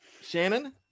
Shannon